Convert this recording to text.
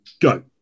Go